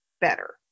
better